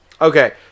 Okay